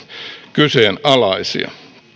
kyseenalaisia